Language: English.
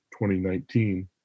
2019